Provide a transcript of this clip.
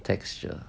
texture